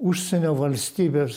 užsienio valstybės